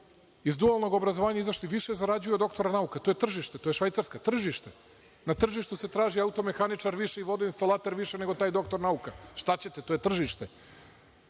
Iz dualnog obrazovanja su izašli, zarađuju više od doktora nauka. To je tržište. To je Švajcerska. Na tržištu se traži automehaničar više, vodinstalater više, nego taj doktor nauka. Šta ćete? To je tržište.